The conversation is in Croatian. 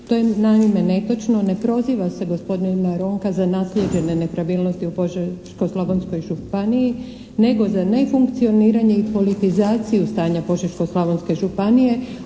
To je naime netočno, ne proziva se gospodina Ronka za naslijeđene nepravilnosti u Požeško-slavonskoj županiji, nego za nefunkcioniranje i politizaciju stanja Požeško-slavonske županije